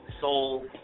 soul